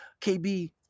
KB